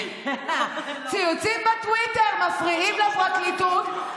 ציוצים בטוויטר מפריעים לפרקליטות,